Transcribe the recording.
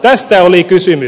tästä oli kysymys